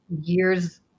years